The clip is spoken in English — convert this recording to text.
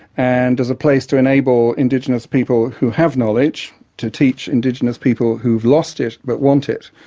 and as a place to enable indigenous people who have knowledge to teach indigenous people who have lost it but want it,